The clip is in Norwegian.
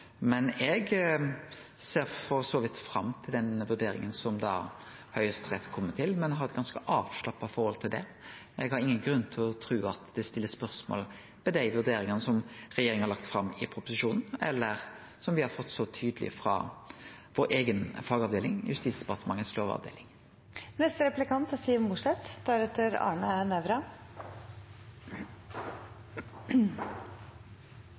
men eg ser for så vidt fram til den vurderinga Høgsterett kjem til, og har eit ganske avslappa forhold til det. Eg har ingen grunn til å tru at det blir stilt spørsmål ved dei vurderingane som regjeringa har lagt fram i proposisjonen, eller som me har fått så tydeleg frå vår eiga fagavdeling, Justisdepartementets